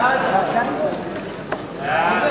ההצעה